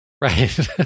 Right